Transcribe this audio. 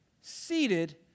seated